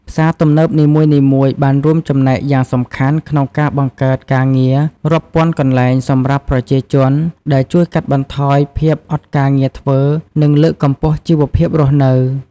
ផ្សារទំនើបនីមួយៗបានរួមចំណែកយ៉ាងសំខាន់ក្នុងការបង្កើតការងាររាប់ពាន់កន្លែងសម្រាប់ប្រជាជន ដែលជួយកាត់បន្ថយភាពអត់ការងារធ្វើ និងលើកកម្ពស់ជីវភាពរស់នៅ។